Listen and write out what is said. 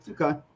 okay